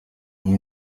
amwe